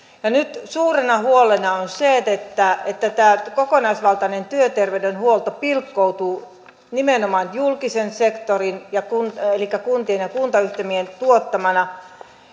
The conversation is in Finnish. ja nyt suurena huolena on se että että tämä kokonaisvaltainen työterveydenhuolto pilkkoutuu nimenomaan julkisen sektorin elikkä kuntien ja kuntayhtymien tuottamana